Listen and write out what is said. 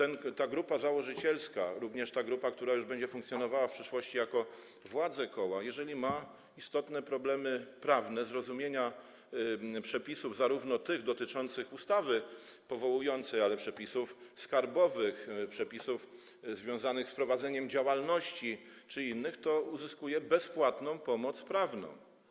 Jeżeli chodzi o tę grupę założycielską, również tę grupę, która już będzie funkcjonowała w przyszłości jako władze koła, to jeżeli ma istotne problemy prawne ze zrozumieniem przepisów zarówno tych dotyczących ustawy powołującej, jak i przepisów skarbowych, przepisów związanych z prowadzeniem działalności czy innych, uzyskuje bezpłatną pomoc prawną.